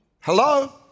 Hello